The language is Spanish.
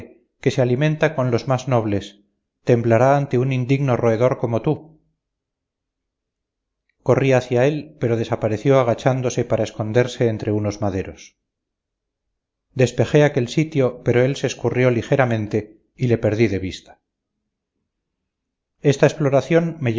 que se alimenta con los más nobles temblará ante un indigno roedor como tú corrí hacia él pero desapareció agachándose para esconderse entre unos maderos despejé aquel sitio pero él se escurrió ligeramente y le perdí de vista esta exploración